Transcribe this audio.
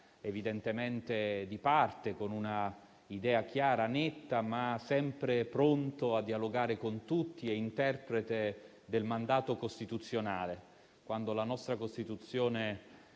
evidentemente di parte, con un'idea chiara e netta, ma sempre pronta a dialogare con tutti e interprete del mandato costituzionale. La nostra Costituzione